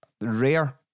rare